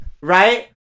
right